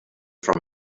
from